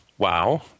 Wow